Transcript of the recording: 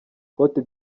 cote